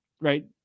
right